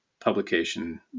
publication